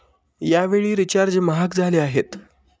यावेळी रिचार्ज महाग झाले आहेत